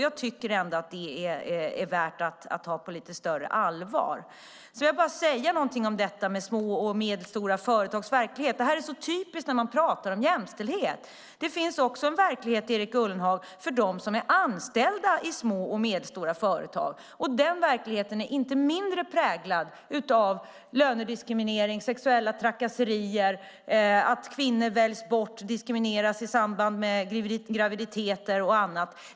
Jag tycker att detta är värt att ta på lite större allvar. Jag vill säga någonting om detta med små och medelstora företags verklighet. Det här är så typiskt när man pratar om jämställdhet. Det finns också en verklighet, Erik Ullenhag, för dem som är anställda i små och medelstora företag. Den verkligheten är inte mindre präglad av lönediskriminering, sexuella trakasserier, att kvinnor väljs bort och diskrimineras i samband med graviditeter och annat.